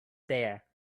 there